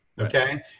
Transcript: Okay